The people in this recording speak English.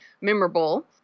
memorable